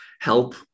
help